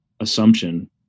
assumption